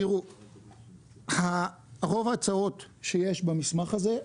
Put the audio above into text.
תראו, רוב ההצעות שיש במסמך הזה,